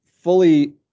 fully